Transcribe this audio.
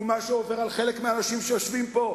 ומה שעובר על חלק מהאנשים שיושבים פה.